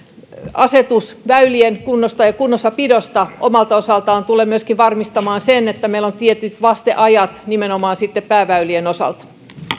asetus väylien kunnosta ja kunnossapidosta omalta osaltaan tulee varmistamaan sen että meillä on tietyt vasteajat nimenomaan sitten pääväylien osalta